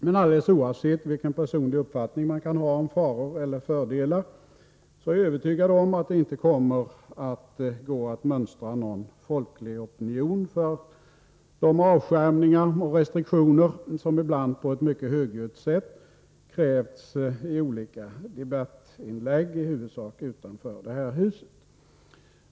Men alldeles oavsett vilken personlig uppfattning man kan ha om faror eller fördelar så är jag övertygad om att det inte kommer att gå att mönstra någon folklig opinion för de avskärmningar och restriktioner som ibland på ett mycket högljutt sätt krävts i olika debattinlägg i huvudsak utanför det här huset.